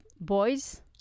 boys